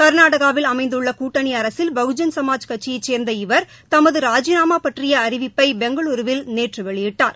கர்நாடகாவில் அமைந்துள்ள கூட்டணி அரசில் பகுஜன் சமாஜ் கட்சியை சேர்ந்த இவர் தமது ராஜினாமா பற்றிய அறிவிப்பை பெங்களுருவில் நேற்று வெளியிட்டார்